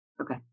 okay